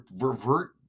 revert